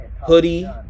hoodie